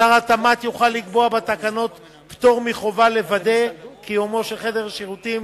שר התמ"ת יוכל לקבוע בתקנות פטור מהחובה לוודא קיומו של חדר שירותים